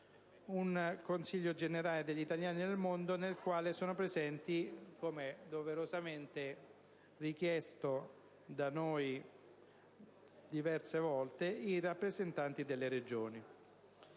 un Consiglio generale degli italiani nel mondo, nel quale sono presenti, come doverosamente richiesto da noi diverse volte, i rappresentanti delle Regioni.